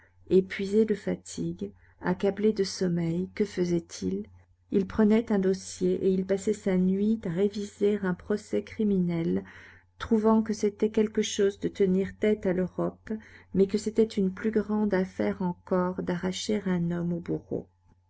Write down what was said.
épuisé de fatigue accablé de sommeil que faisait-il il prenait un dossier et il passait sa nuit à réviser un procès criminel trouvant que c'était quelque chose de tenir tête à l'europe mais que c'était une plus grande affaire encore d'arracher un homme au bourreau